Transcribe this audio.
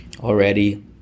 already